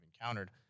encountered